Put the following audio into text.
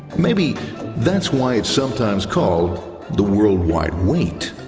maybe that's why it's sometimes called the world wide wait.